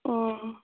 ᱚᱻ